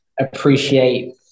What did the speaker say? appreciate